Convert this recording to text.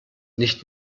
nicht